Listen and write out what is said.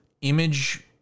image